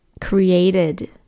created